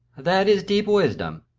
that is deep wisdom.